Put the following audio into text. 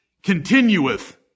Continueth